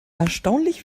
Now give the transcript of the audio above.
erstaunlich